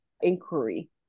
inquiry